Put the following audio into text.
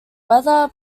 whether